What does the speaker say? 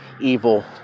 evil